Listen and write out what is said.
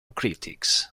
critics